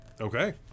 Okay